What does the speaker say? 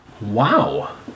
Wow